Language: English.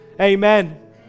amen